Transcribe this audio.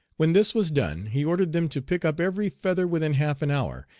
when this was done he ordered them to pick up every feather within half an hour,